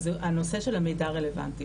הנושא של המידע רלוונטי.